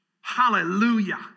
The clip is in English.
Hallelujah